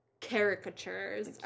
caricatures